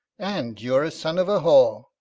and you are a son of a whore,